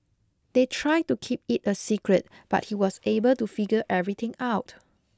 they tried to keep it a secret but he was able to figure everything out